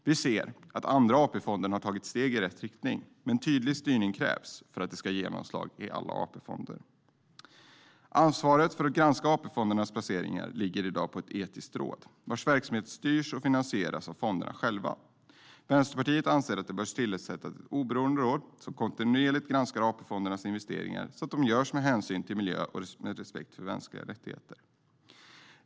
Vi ser att Andra AP-fonden har tagit steg i rätt riktning, men tydlig styrning krävs för att det ska ha genomslag i alla AP-fonder. Ansvaret för att granska AP-fondernas placeringar ligger i dag på ett etiskt råd, vars verksamhet styrs och finansieras av fonderna själva. Vänsterpartiet anser att det bör tillsättas ett oberoende råd som kontinuerligt granskar AP-fondernas investeringar, så att de görs med hänsyn till miljö och med respekt för mänskliga rättigheter.